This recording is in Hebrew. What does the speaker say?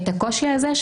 את הקושי הזה,